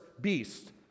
beast